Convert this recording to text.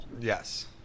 Yes